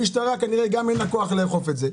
וגם למשטרה כנראה אין כוח לאכוף את זה.